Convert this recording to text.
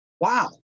Wow